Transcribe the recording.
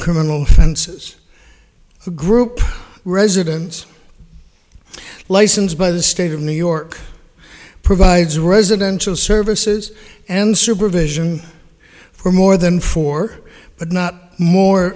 f criminal offenses a group residence licensed by the state of new york provides residential services and supervision for more than four but not more